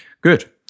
Good